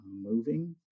moving